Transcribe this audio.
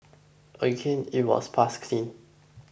again it was passed clean